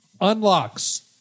unlocks